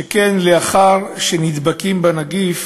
שכן לאחר שנדבקים בנגיף,